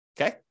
Okay